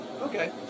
Okay